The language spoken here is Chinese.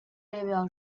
列表